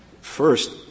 First